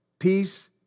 Peace